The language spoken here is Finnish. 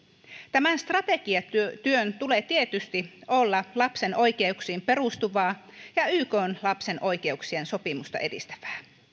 tämän strategiatyön tulee tietysti olla lapsen oikeuksiin perustuvaa ja ykn lapsen oikeuksien sopimusta edistävää